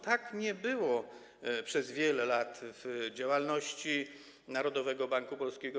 Tak nie było przez wiele lat działalności Narodowego Banku Polskiego.